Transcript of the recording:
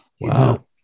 wow